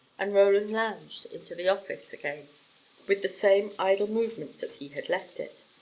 and roland lounged into the office again with the same idle movements that he had left it.